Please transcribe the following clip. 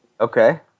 Okay